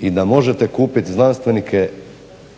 i da možete kupiti znanstvenike